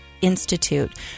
Institute